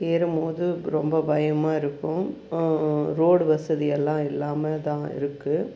ஏறும்போது ரொம்ப பயமாக இருக்கும் ரோடு வசதி எல்லாம் இல்லாமல்தான் இருக்குது